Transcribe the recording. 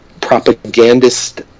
propagandist